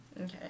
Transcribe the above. Okay